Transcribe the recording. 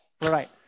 Right